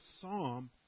psalm